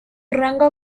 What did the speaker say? rango